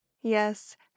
Yes